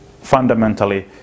fundamentally